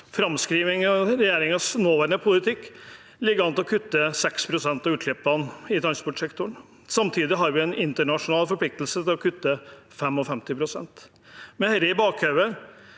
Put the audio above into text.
Framskriving viser at regjeringens nåværende politikk ligger an til å kutte 6 pst. av utslippene i transportsektoren. Samtidig har vi en internasjonal forpliktelse til å kutte 55 pst. Med dette i bakhodet: